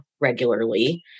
regularly